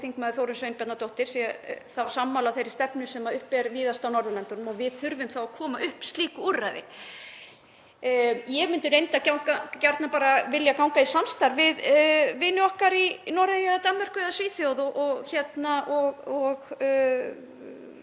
þm. Þórunn Sveinbjarnardóttir sé sammála þeirri stefnu sem uppi er víða á Norðurlöndunum og við þurfum þá að koma upp slíku úrræði. Ég myndi reyndar gjarnan vilja ganga í samstarf við vini okkar í Noregi eða Danmörku eða Svíþjóð og vinna